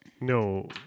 No